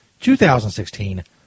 2016